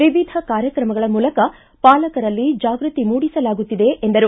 ವಿವಿಧ ಕಾರ್ಯತ್ರಮಗಳ ಮೂಲಕ ಪಾಲಕರಲ್ಲಿ ಜಾಗೃತಿ ಮೂಡಿಸಲಾಗುತ್ತಿದೆ ಎಂದರು